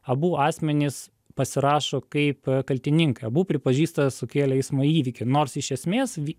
abu asmenys pasirašo kaip kaltininkai abu pripažįsta sukėlę eismo įvykį nors iš esmės vie